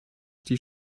die